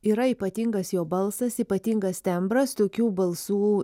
yra ypatingas jo balsas ypatingas tembras tokių balsų